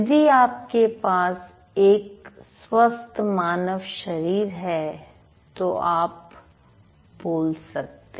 यदि आपके पास एक स्वस्थ मानव शरीर है तो आप बोल सकते हैं